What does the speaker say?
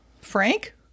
Frank